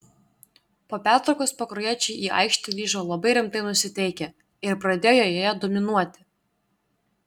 po pertraukos pakruojiečiai į aikštę grįžo labai rimtai nusiteikę ir pradėjo joje dominuoti